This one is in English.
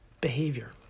behavior